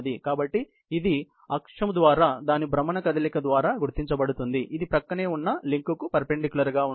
కాబట్టి ఇది అక్షం ద్వారా దాని భ్రమణ కదలిక ద్వారా గుర్తించబడుతుంది ఇది ప్రక్కనే ఉన్న లింక్కు పెర్ఫెన్దిక్యూలర్ గా ఉంటుంది